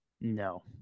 No